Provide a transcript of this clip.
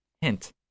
Hint